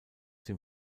dem